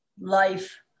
life